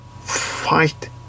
fight